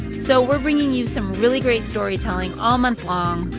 so we're bringing you some really great storytelling all month long,